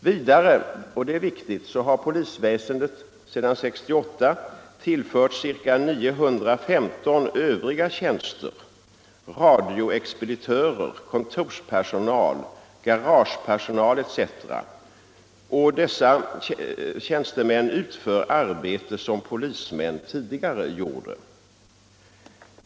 Vidare är det riktigt att polisväsendet sedan 1968 har tillförts ca 915 övriga tjänster — radioexpeditörer, kontorspersonal, garagepersonal etc. Dessa tjänstemän utför arbete som polismän tidigare gjorde.